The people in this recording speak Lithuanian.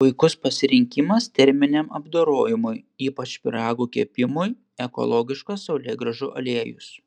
puikus pasirinkimas terminiam apdorojimui ypač pyragų kepimui ekologiškas saulėgrąžų aliejus